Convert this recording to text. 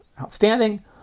outstanding